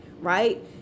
right